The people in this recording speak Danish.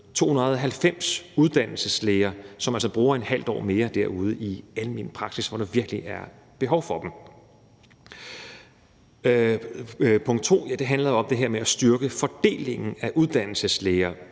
290 uddannelseslæger, som altså bruger ½ år mere ude i almen praksis, hvor der virkelig er behov for dem. Det andet punkt handler om det her med at styrke fordelingen af uddannelseslæger,